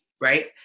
Right